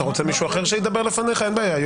אתה רוצה מישהו אחר שידבר לפניך, אין בעיה.